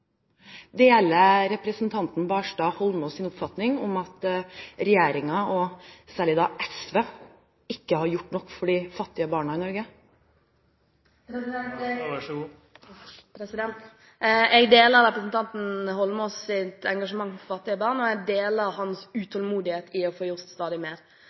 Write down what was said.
Deler representanten Knutson Barstad Holmås’ oppfatning, at regjeringen og særlig SV ikke har gjort nok for de fattige barna i Norge? Jeg deler representanten Holmås’ engasjement for fattige barn, og jeg deler hans utålmodighet etter å få gjort stadig mer.